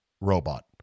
robot